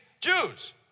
Jews